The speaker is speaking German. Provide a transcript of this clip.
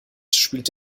spielt